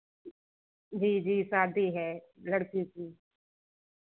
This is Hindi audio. जी जी शादी है लड़की की